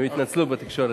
הם התנצלו בתקשורת.